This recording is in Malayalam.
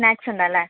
സ്നാക്സ് ഉണ്ടല്ലേ